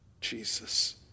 Jesus